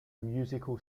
musical